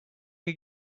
you